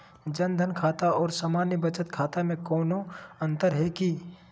जन धन खाता और सामान्य बचत खाता में कोनो अंतर है की?